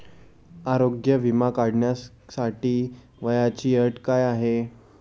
आरोग्य विमा काढण्यासाठी वयाची अट काय आहे?